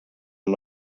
amb